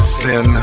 sin